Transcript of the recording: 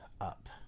up